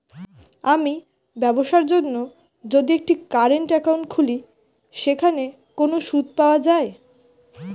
আমি ব্যবসার জন্য যদি একটি কারেন্ট একাউন্ট খুলি সেখানে কোনো সুদ পাওয়া যায়?